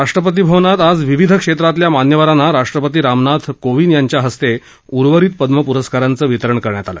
राष्ट्रपती भवनात आज विविध क्षेत्रातल्या मान्यवरांना राष्ट्रपती रामनाथ कोविंद यांच्या हस्ते उर्वरित पद्म पुरस्कारांचं वितरण केलं